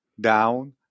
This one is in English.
down